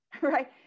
right